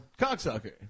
Cocksucker